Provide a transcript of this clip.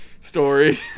story